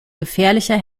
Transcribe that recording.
gefährlicher